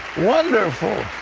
wonderful!